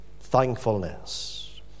thankfulness